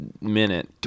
Minute